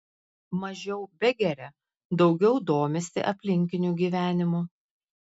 mažiau begeria daugiau domisi aplinkiniu gyvenimu